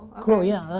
cool. yeah.